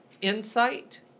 insight